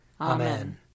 Amen